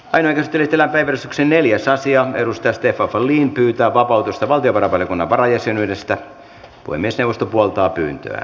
ainakin kehitellä everstiksi neljäs aasian edustaja stefan wallin pyytää vapautusta valtiovarainvaliokunnan varajäsenyydestä kuin lyseosta puolta pyyntö